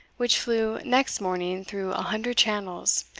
which flew next morning through a hundred channels,